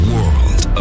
World